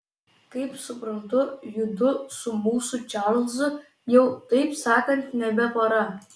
kaip suprantu judu su mūsų čarlzu jau taip sakant nebe pora